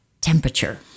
temperature